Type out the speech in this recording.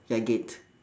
ya gate